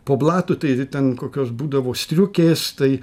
po blatu tai ten kokios būdavo striukės tai